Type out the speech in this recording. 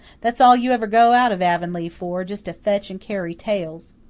that's all you ever go out of avonlea for just to fetch and carry tales.